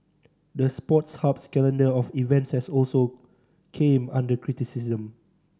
the Sports Hub's calendar of events has also came under criticism